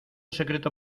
secreto